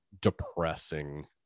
depressing